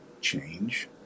change